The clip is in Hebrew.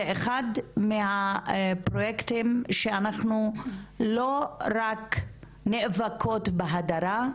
אחד מהפרוייקטים שאנחנו לא רק נאבקות בהדרה,